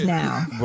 now